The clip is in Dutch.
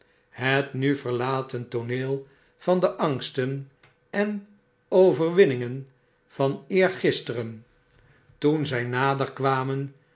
het nu verlaten tooneel van de angsten en overwinningen van eergisteren toen zy nader